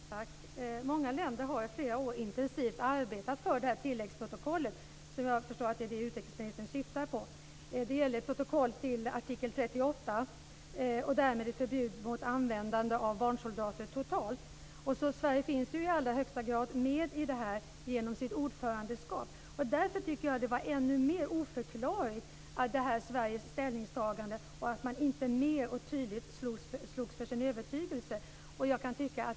Fru talman! Många länder har i flera år intensivt arbetat för det här tilläggsprotokollet, som jag förstår att utrikesministern syftar på. Det gäller protokoll till artikel 38 och därmed ett förbud mot användande av barnsoldater totalt. Sverige finns i allra högsta grad med i det här genom sitt ordförandeskap. Därför var Sveriges ställningstagande ännu mer oförklarligt, att man inte mer och tydligt slogs för sin övertygelse.